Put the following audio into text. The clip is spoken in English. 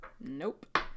Nope